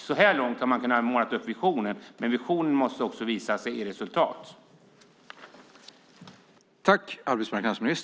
Så här långt har man kunnat måla upp visioner, men visioner måste också visa sig i resultat.